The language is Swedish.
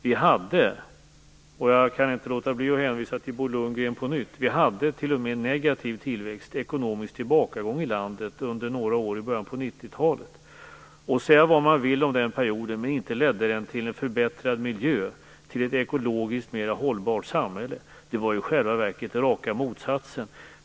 Vi hade - och jag kan inte låta bli att hänvisa till Bo Lundgren på nytt - t.o.m. negativ tillväxt och ekonomisk tillbakagång i landet under några år i början av 90-talet. Säga vad man vill om den perioden, men inte ledde den till en förbättrad miljö och till ett ekologiskt mer hållbart samhälle. I själva verket var det raka motsatsen.